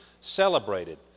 celebrated